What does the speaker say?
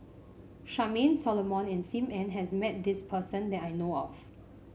Charmaine Solomon and Sim Ann has met this person that I know of